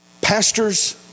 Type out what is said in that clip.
pastors